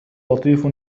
لطيف